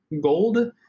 gold